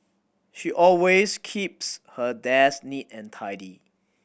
she always keeps her desk neat and tidy